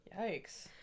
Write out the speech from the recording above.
Yikes